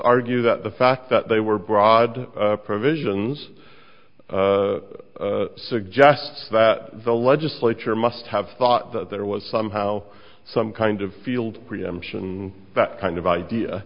argue that the fact that they were broad provisions suggests that the legislature must have thought that there was somehow some kind of field preemption that kind of